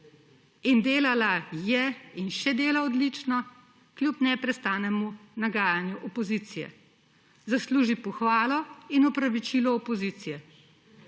In delala je in še dela odlično, kljub neprestanemu nagajanju opozicije. Zasluži si pohvalo in opravičilo opozicije.